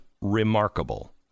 remarkable